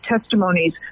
testimonies